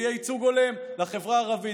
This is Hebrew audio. יהיה ייצוג הולם לחברה הערבית.